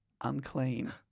unclean